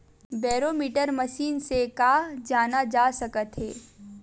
Barometer machine से का जाना जा सकत हे?